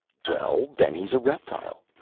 well, then, he's a reptile.